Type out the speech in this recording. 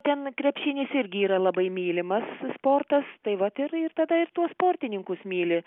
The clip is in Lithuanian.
ten krepšinis irgi yra labai mylimas sportas tai vat ir ir tada ir tuos sportininkus myli